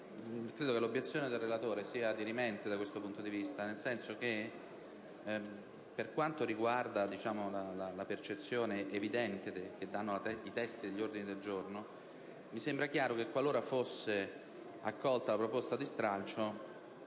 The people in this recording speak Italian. credo che l'obiezione del relatore sia dirimente da questo punto di vista. Infatti, dalla percezione evidente dei testi degli ordini del giorno, mi sembra chiaro che, qualora venisse accolta la proposta di stralcio,